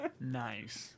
Nice